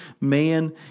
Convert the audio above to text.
man